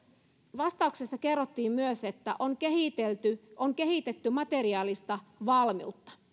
vastauksessa kerrottiin myös että on kehitetty on kehitetty materiaalista valmiutta